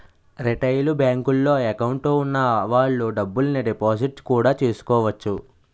retail బేంకుల్లో account వున్న వాళ్ళు డబ్బుల్ని డిపాజిట్టు కూడా చేసుకోవచ్చు